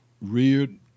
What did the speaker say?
reared